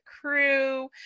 crew